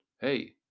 Hey